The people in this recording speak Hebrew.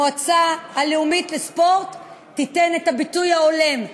המועצה הלאומית לספורט תיתן את הביטוי ההולם,